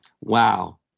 Wow